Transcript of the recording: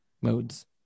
Modes